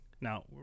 Now